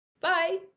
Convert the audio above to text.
Bye